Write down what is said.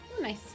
Nice